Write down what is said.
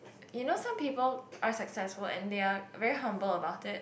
you know some people are successful and they are very humble about it